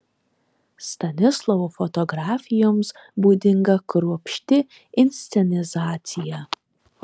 stanislovo fotografijoms būdinga kruopšti inscenizacija